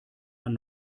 man